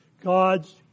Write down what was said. God's